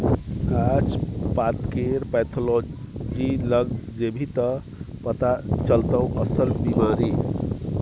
गाछ पातकेर पैथोलॉजी लग जेभी त पथा चलतौ अस्सल बिमारी